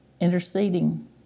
interceding